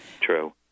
True